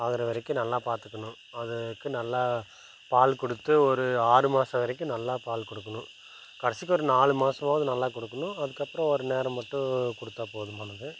ஆகிற வரைக்கும் நல்லா பார்த்துக்கணும் அதுக்கு நல்லா பால் கொடுத்து ஒரு ஆறு மாசம் வரைக்கும் நல்லா பால் கொடுக்கணும் கடைசிக்கு ஒரு நாலு மாசமாவது நல்லா கொடுக்கணும் அதுக்கு அப்புறம் ஒரு நேரம் மட்டும் கொடுத்தா போதுமானது